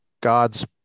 god's